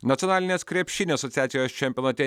nacionalinės krepšinio asociacijos čempionate